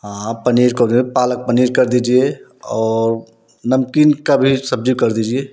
हाँ पनीर कर दो पालक पनीर कर दीजिए और नमकीन का भी सब्ज़ी कर दीजिए